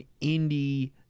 indie